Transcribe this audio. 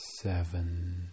seven